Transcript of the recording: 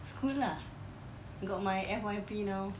school lah got my F_Y_P now